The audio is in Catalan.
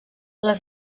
les